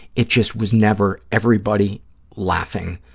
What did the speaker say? it just was never everybody laughing